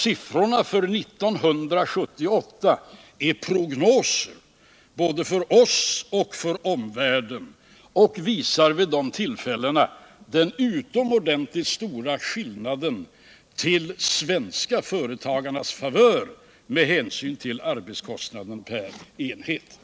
Siffrorna för 1978 är prognoser både för oss och för omvärlden och visar vid tillfällena den stora skillnaden till de svenska företagarnas favör med hänsyn till arbetskostnaden per enhet, som gäller år 1978.